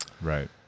Right